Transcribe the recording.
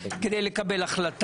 אני לא מתכוון לזה, לא הייתי כך בעבר.